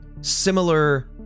similar